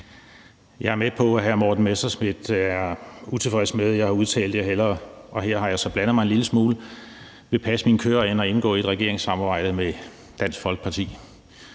Jeg er med på, at hr. Morten Messerschmidt er utilfreds med, at jeg har udtalt, at jeg hellere – her har jeg så blandet mig en lille smule – vil passe mine køer end at indgå i et regeringssamarbejde med Dansk Folkeparti.